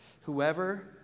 whoever